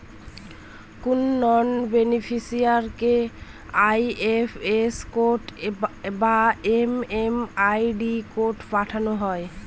কোনো নন বেনিফিসিরইকে IFS code বা এম.এম.আই.ডি কোড পাঠানো হয়